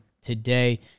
today